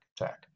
attack